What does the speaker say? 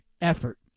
effort